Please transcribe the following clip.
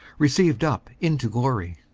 received up into glory.